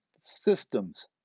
systems